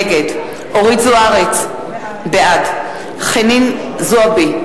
נגד אורית זוארץ, בעד חנין זועבי,